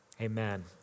amen